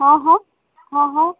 હા હા હા હા